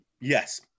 yes